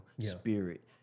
spirit